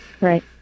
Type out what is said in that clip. Right